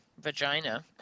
vagina